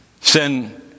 Sin